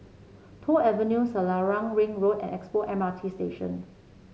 Toh Avenue Selarang Ring Road and Expo M R T Station